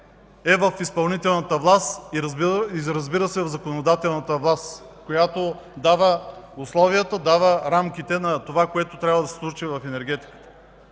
е в изпълнителната и в законодателната власт, която дава условията, дава рамките на това, което трябва да се случи в енергетиката,